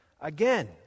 Again